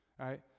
right